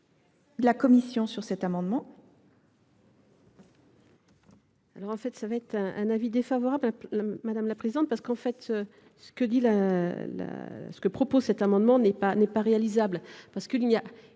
la commission sur l’amendement